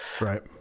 Right